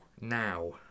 Now